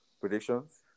Predictions